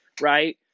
right